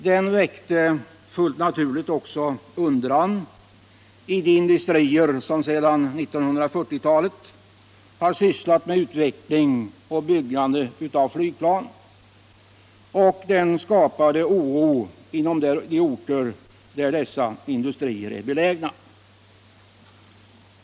Den väckte fullt naturligt också undran i de industrier som sedan 1970 talet har sysslat med utveckling och byggande av flygplan, och den skapade oro inom de orter där dessa industrier är belägna.